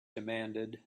demanded